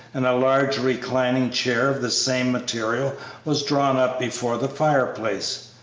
and a large reclining-chair of the same material was drawn up before the fireplace.